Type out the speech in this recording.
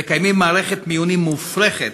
הם מקיימים מערכת מיונים מופרכת,